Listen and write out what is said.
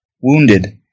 Wounded